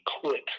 quit